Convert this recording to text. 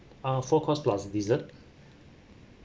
ah four course plus dessert